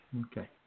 okay